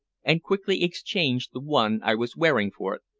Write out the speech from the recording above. and quickly exchanged the one i was wearing for it,